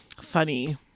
funny